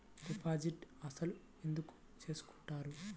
Deposit అసలు ఎందుకు చేసుకుంటారు?